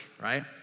right